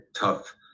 tough